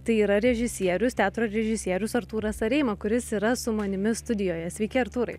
tai yra režisierius teatro režisierius artūras areima kuris yra su manimi studijoje sveiki artūrai